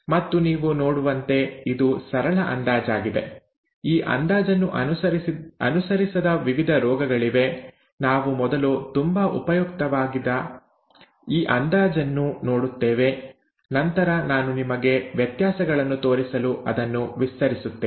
ಮತ್ತು ನೀವು ನೋಡುವಂತೆ ಇದು ಸರಳ ಅಂದಾಜಾಗಿದೆ ಈ ಅಂದಾಜನ್ನು ಅನುಸರಿಸದ ವಿವಿಧ ರೋಗಗಳಿವೆ ನಾವು ಮೊದಲು ತುಂಬಾ ಉಪಯುಕ್ತವಾಗಿದ ಈ ಅಂದಾಜನ್ನು ನೋಡುತ್ತೇವೆ ನಂತರ ನಾನು ನಿಮಗೆ ವ್ಯತ್ಯಾಸಗಳನ್ನು ತೋರಿಸಲು ಅದನ್ನು ವಿಸ್ತರಿಸುತ್ತೇನೆ